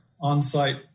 on-site